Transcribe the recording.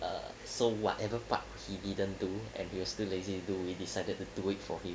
err so whatever part he didn't do and he was too lazy to do we decided to do it for him